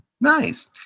Nice